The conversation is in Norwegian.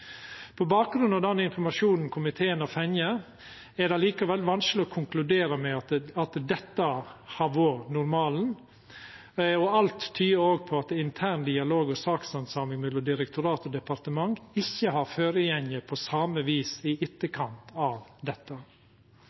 På bakgrunn av den informasjonen komiteen har fått, er det likevel vanskeleg å konkludera med at dette har vore normalen. Alt tyder òg på at intern dialog og sakshandsaming mellom direktorat og departement ikkje har føregått på same vis i etterkant av dette.